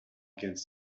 against